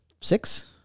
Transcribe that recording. six